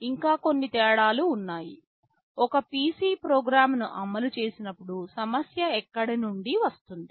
ఇంకా కొన్ని తేడాలు ఉన్నాయి ఒక PC ప్రోగ్రామ్ను అమలు చేసినప్పుడు సమస్య ఎక్కడ నుండి వస్తుంది